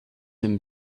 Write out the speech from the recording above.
him